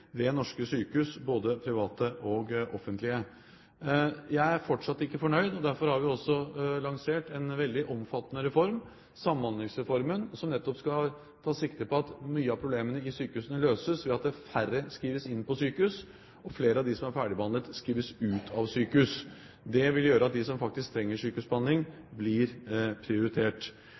ved norske sykehus, både private og offentlige. Jeg er fortsatt ikke fornøyd. Derfor har vi også lansert en veldig omfattende reform, Samhandlingsreformen, som nettopp skal ta sikte på at mye av problemene i sykehusene løses ved at færre skrives inn på sykehus, og at flere av dem som er ferdigbehandlet, skrives ut av sykehus. Det vil gjøre at de som faktisk trenger sykehusbehandling, blir prioritert.